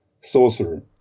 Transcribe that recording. sorcerer